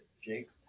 jake